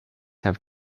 have